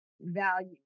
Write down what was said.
value